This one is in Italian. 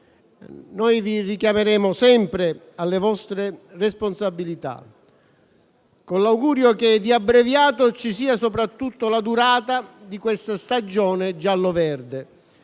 maggioranza e il Governo alle proprie responsabilità, con l'augurio che di abbreviato ci sia soprattutto la durata di questa stagione gialloverde,